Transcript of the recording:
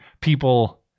people